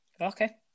Okay